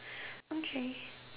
okay